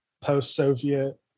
post-Soviet